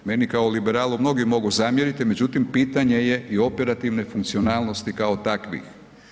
Meni kao liberalu mnogi mogu zamjeriti, međutim pitanje je i operativne funkcionalnosti kao takvih.